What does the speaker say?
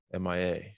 MIA